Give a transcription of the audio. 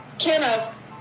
Kenneth